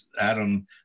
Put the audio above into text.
Adam